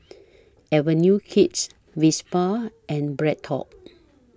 Avenue Kids Vespa and BreadTalk